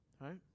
Right